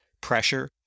pressure